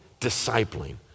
discipling